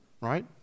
right